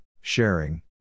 sharing